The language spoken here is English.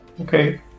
Okay